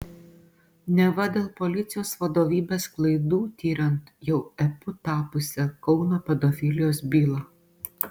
neva dėl policijos vadovybės klaidų tiriant jau epu tapusią kauno pedofilijos bylą